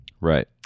right